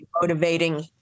motivating